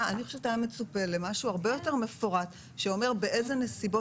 אני חושבת שהיה מצופה למשהו הרבה יותר מפורט שאומר באיזה נסיבות